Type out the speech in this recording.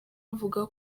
avuga